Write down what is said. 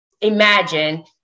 imagine